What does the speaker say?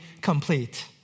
complete